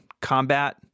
combat